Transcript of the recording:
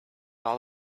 all